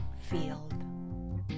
field